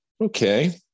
Okay